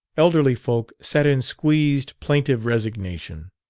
elderly folk sat in squeezed, plaintive resignation.